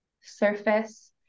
surface